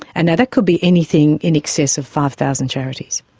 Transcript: and now that could be anything in excess of five thousand charities.